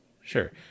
Sure